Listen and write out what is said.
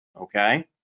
okay